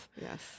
Yes